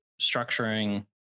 structuring